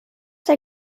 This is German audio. der